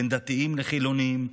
בין דתיים לחילונים,